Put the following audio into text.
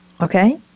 Okay